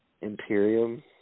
Imperium